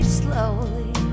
slowly